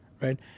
Right